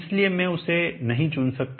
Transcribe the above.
इसलिए मैं उसे नहीं चुन सकता